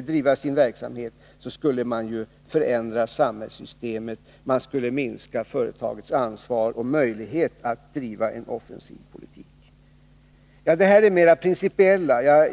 driva sin verksamhet, skulle man förändra samhällssystemet. Man skulle minska företagets ansvar och möjlighet att driva en offensiv politik. Det här var mera principiella tankegångar.